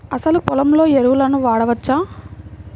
అసలు పొలంలో ఎరువులను వాడవచ్చా?